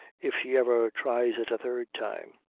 if she ever tries it a third time!